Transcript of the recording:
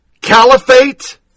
Caliphate